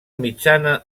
mitjana